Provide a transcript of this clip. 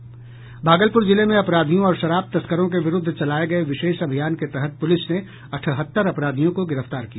भागलपुर जिले में अपराधियों और शराब तस्करों के विरुद्ध चलाये गये विशेष अभियान के तहत पुलिस ने अठहत्तर अपराधियों को गिरफ्तार किया